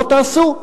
לא תעשו?